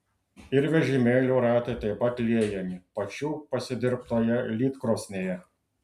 ir vežimėlių ratai taip pat liejami pačių pasidirbtoje lydkrosnėje